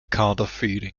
counterfeiting